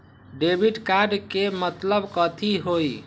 Debit card के मतलब कथी होई?